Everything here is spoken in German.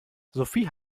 sophie